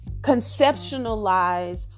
conceptualize